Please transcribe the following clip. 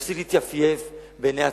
נפסיק להתייפייף בעיני הציבור.